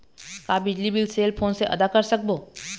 का बिजली bill cell phone से आदा कर सकबो?